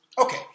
Okay